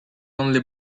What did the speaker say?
only